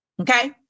Okay